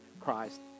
christ